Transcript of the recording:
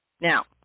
Now